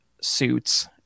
suits